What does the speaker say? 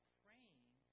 praying